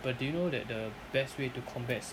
but do you know that the best way to combat